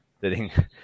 sitting